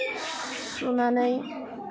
सुनानै